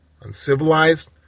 uncivilized